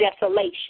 desolation